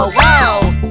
wow